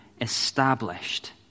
established